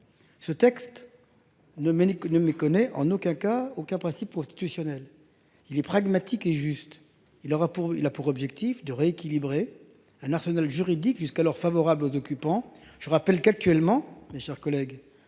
Ne Monique ne méconnaît en aucun cas aucun principe constitutionnel. Il est pragmatique et juste. Il aura pour il a pour objectif de rééquilibrer un arsenal juridique jusqu'alors favorable aux occupants. Je rappelle qu'actuellement, mes chers collègues